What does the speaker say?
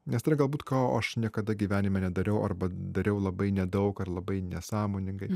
nes tada galbūt ko aš niekada gyvenime nedariau arba dariau labai nedaug ar labai nesąmoningai